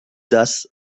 das